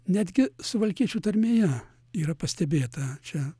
netgi suvalkiečių tarmėje yra pastebėta čia